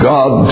God